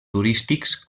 turístics